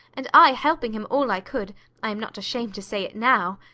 and i helping him all i could i am not ashamed to say it now.